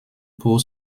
pour